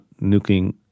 nuking